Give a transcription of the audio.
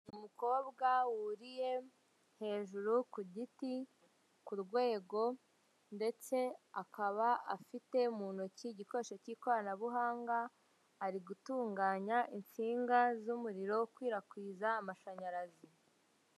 Umukobwa wuriye hejuru ku giti ku rwego ndetse akaba afite mu ntoki igikoresho cy'ikoranabuhanga ari gutunganya insinga z'umuriro ukwirakwiza amashanyarazi.